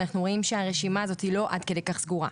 אנחנו רואים שהרשימה הזו היא לא עד כדי כך סגורה.